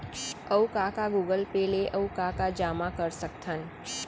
अऊ का का गूगल पे ले अऊ का का जामा कर सकथन?